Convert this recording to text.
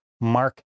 Mark